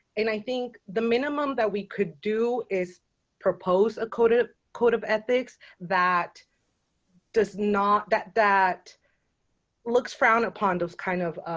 and i think the minimum that we could do is propose a code a code of ethics that does not that that looks frown upon those kind of